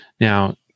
Now